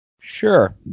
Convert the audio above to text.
Sure